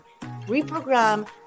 reprogram